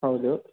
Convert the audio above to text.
ಹೌದು